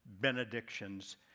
Benedictions